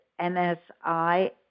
NSI